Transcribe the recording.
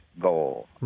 goal